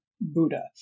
Buddha